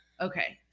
Okay